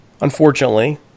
unfortunately